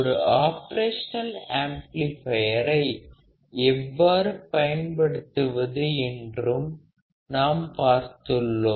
ஒரு ஆபரேஷனல் ஆம்ப்ளிபையரை எவ்வாறு பயன்படுத்துவது என்றும் நாம் பார்த்துள்ளோம்